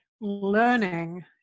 learning